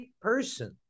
person